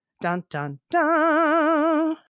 Dun-dun-dun